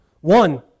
One